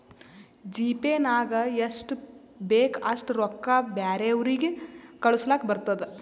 GPay ನಾಗ್ ಎಷ್ಟ ಬೇಕ್ ಅಷ್ಟ ರೊಕ್ಕಾ ಬ್ಯಾರೆವ್ರಿಗ್ ಕಳುಸ್ಲಾಕ್ ಬರ್ತುದ್